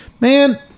man